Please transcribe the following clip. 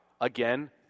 again